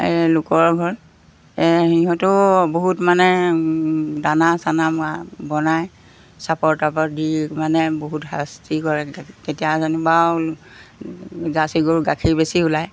এই লোকৰ ঘৰত সিহঁতো বহুত মানে দানা চানা বনাই চাপৰ টাপৰ দি মানে বহুত শাস্তি কৰে তেতিয়া যেনিবা আৰু জাৰ্চি গৰু গাখীৰ বেছি ওলায়